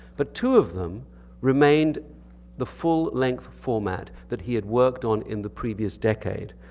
but two of them remained the full-length format that he had worked on in the previous decade.